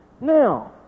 Now